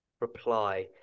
reply